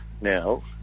now